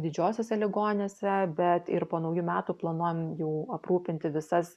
didžiosiose ligoninėse bet ir po naujų metų planuojam jau aprūpinti visas